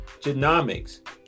genomics